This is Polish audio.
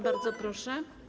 Bardzo proszę.